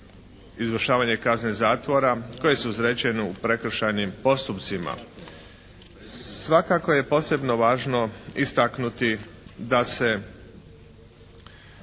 izvršavanje kazne zatvora koje su izrečene u prekršajnim postupcima. Svakako je posebno važno istaknuti da se